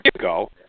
go